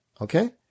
Okay